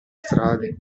strade